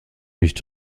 nicht